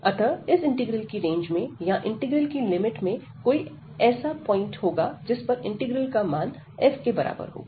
अतः इस इंटीग्रल की रेंज में या इंटीग्रल की लिमिट में कोई ऐसा पॉइंट होगा जिस पर इंटीग्रल का मान f के बराबर होगा